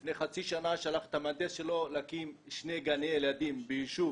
לפני חצי שנה שלח את המהנדס שלו להקים שני גני ילדים ביישוב